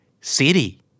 City